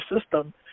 system